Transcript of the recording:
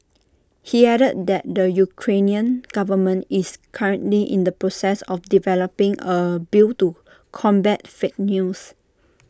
he added that the Ukrainian government is currently in the process of developing A bill to combat fake news